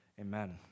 Amen